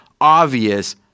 obvious